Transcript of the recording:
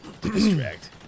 Distract